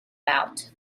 out